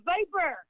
Viper